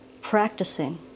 practicing